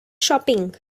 shopping